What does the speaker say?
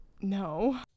No